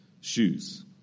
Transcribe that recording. shoes